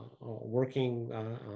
working